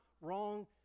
wrong